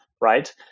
right